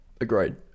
agreed